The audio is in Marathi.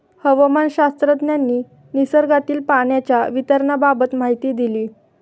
हवामानशास्त्रज्ञांनी निसर्गातील पाण्याच्या वितरणाबाबत माहिती दिली